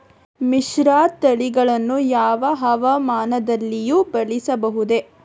ಮಿಶ್ರತಳಿಗಳನ್ನು ಯಾವ ಹವಾಮಾನದಲ್ಲಿಯೂ ಬೆಳೆಸಬಹುದೇ?